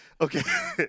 Okay